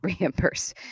reimburse